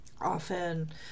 often